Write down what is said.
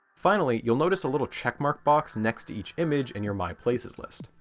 finally, you'll notice a little checkmark box next to each image in your my places list.